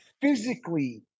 physically